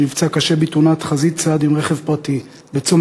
שנפצע קשה בתאונת חזית צד עם רכב פרטי בצומת